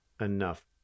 enough